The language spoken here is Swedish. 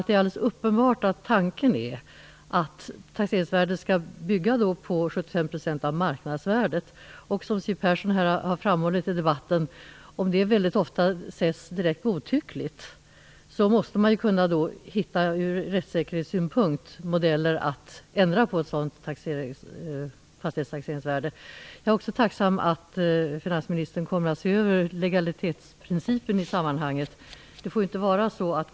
Det är alldeles uppenbart att tanken är att taxeringsvärdet skall bygga på 75 % av marknadsvärdet. Om det väldigt ofta sätts godtyckligt måste man, som Siw Persson framhållit i debatten, från rättsäkerhetssynpunkt hitta modeller för en ändring av ett sådant fastighetstaxeringsvärde. Vidare är jag tacksam för att finansministern skall se över legalitetsprincipen i sammanhanget.